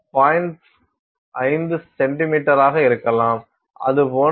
5 சென்டிமீட்டராக இருக்கலாம் அது போன்ற ஒன்று